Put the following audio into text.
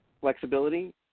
flexibility